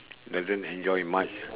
doesn't enjoy much